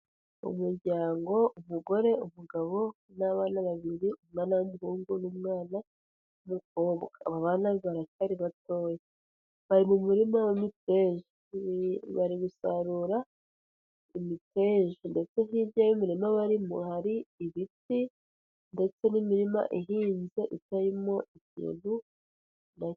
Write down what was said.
Umuryango umugore, umugabo n'abana babiri, umwana w'umuhungu n'umwana w'umukobwa, aba bana baracyari bato, bari mu murima w'imiteja, bari gusarura imiteja, ndetse hirya y'umurima barimo hari ibiti, ndetse n'imirima ihinze itarimo ikintu...